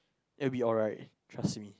it will be alright trust me